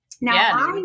Now